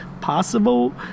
possible